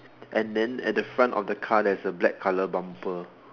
and then at the front of the car there is a black colour bumper